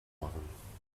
machen